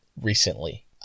recently